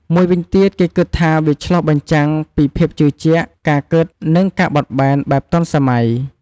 មួយវិញទៀត គេគិតថា វាឆ្លុះបញ្ជាំងពីភាពជឿជាក់ ការគិត និង ការបត់បែនបែបទាន់សម័យ។